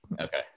okay